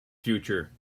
future